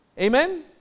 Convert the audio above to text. amen